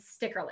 stickerless